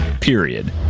Period